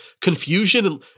confusion